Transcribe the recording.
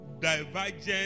divergent